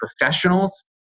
professionals